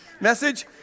message